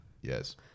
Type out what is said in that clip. Yes